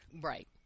Right